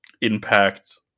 impact